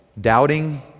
Doubting